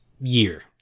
year